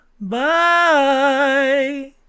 bye